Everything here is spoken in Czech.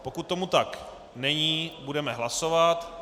Pokud tomu tak není, budeme hlasovat.